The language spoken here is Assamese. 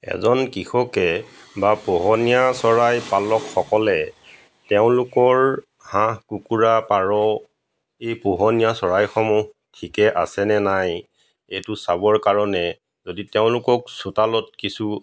এজন কৃষকে বা পোহনীয়া চৰাই পালকসকলে তেওঁলোকৰ হাঁহ কুকুৰা পাৰ এই পোহনীয়া চৰাইসমূহ ঠিকেই আছে নে নাই এইটো চাবৰ কাৰণে যদি তেওঁলোকক চোতালত কিছু